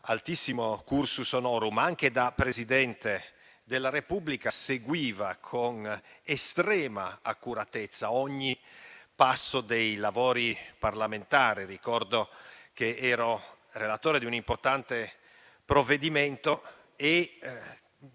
altissimo *cursus honorum*. Anche da Presidente della Repubblica seguiva con estrema accuratezza ogni passo dei lavori parlamentari. Ricordo che ero relatore di un'importante provvedimento e